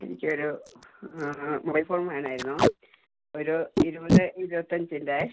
എനിക്ക് ഒരു ആ മൊബൈൽ ഫോൺ വേണമായിരുന്നു ഒരു ഇരുപത് ഇരുപത്തഞ്ചിൻ്റെ